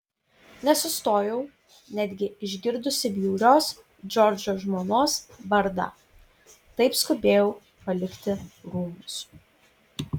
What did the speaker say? nesustojau netgi išgirdusi bjaurios džordžo žmonos vardą taip skubėjau palikti rūmus